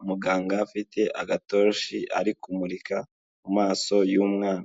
umuganga ufite agatoroshi, ari kumurika mu maso y'umwana.